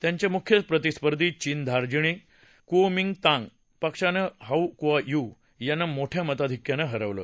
त्यांचे मुख्य प्रतिस्पर्धी चीन धार्जिण्या कुओमिंतांग पक्षाचे हान कुओ यू यांना मोठ्या मताधिक्यानं हरवलं